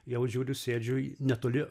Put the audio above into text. jau žiūriu sėdžiu netoli